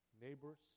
neighbors